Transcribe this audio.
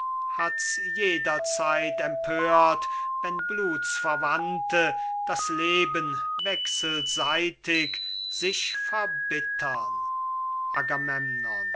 hat's jederzeit empört wenn blutsverwandte das leben wechselseitig sich verbittern